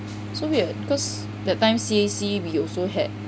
so weird cause that time C_A_C we also had